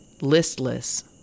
listless